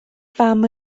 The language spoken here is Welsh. fam